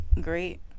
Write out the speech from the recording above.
Great